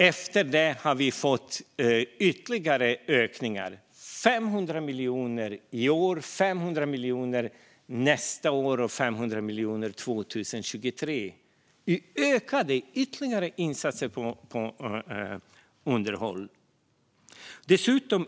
Efter det har vi fått ytterligare ökningar - 500 miljoner i år, 500 miljoner nästa år och 500 miljoner 2023 i ökade satsningar på underhåll.